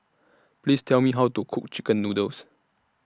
Please Tell Me How to Cook Chicken Noodles